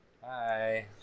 Hi